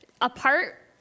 apart